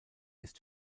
ist